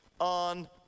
on